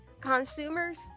Consumers